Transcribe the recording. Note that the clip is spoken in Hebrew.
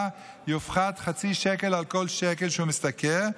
יופחת חצי שקל על כל שקל שהוא משתכר,